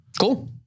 Cool